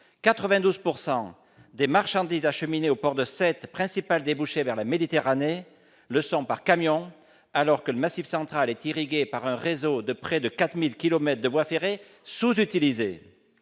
92 % des marchandises acheminées au port de Sète, principal débouché vers la Méditerranée, le sont par camions, alors que ce territoire est irrigué par un réseau de près de 4 000 kilomètres de voies ferrées sous-utilisées.